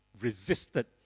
resisted